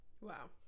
Wow